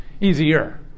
Easier